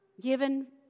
given